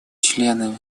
членами